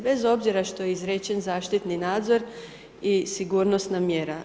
Bez obzira što je izrečen zaštitni nadzor i sigurnosna mjera.